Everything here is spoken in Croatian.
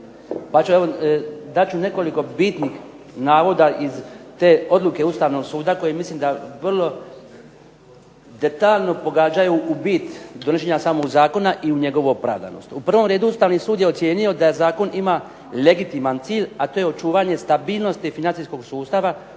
Pa ću dati nekoliko bitnih navoda iz te odluke Ustavnog suda koje mislim vrlo detaljno pogađaju u bit donošenja samog zakona i njegovu opravdanost. U prvom redu "Ustavni sud je ocijenio da zakon ima legitiman cilj, a to je očuvanje stabilnosti financijskog sustava